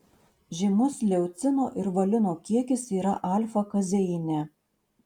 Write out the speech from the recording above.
žymus leucino ir valino kiekis yra alfa kazeine